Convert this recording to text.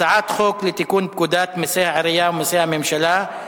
הצעת חוק לתיקון פקודת מסי העירייה ומסי הממשלה (פטורין)